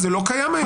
זה לא קיים היום.